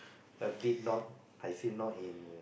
a bit not I feel not in